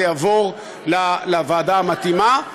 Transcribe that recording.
זה יעבור לוועדה המתאימה,